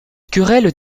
querelles